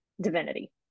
divinity